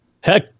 Heck